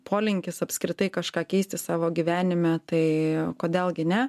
polinkis apskritai kažką keisti savo gyvenime tai kodėl gi ne